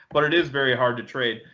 but it is very hard to trade.